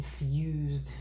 infused